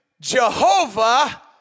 Jehovah